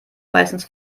meistens